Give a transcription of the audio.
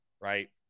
Right